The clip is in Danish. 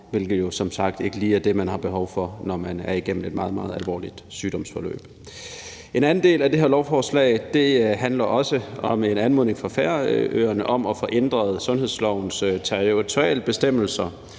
hvilket jo som sagt ikke lige er det, man har behov for, når man er ved at gå igennem et meget, meget alvorligt sygdomsforløb. En anden del af det her lovforslag handler også om en anmodning fra Færøerne om at få ændret sundhedslovens territorialbestemmelser,